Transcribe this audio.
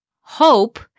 hope